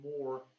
more